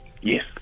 Yes